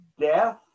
death